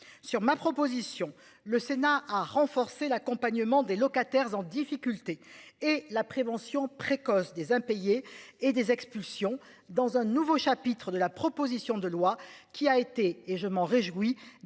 sur ma proposition. Le Sénat à renforcer l'accompagnement des locataires en difficulté et la prévention précoce des impayés et des expulsions dans un nouveau chapitre de la proposition de loi qui a été et je m'en réjouis,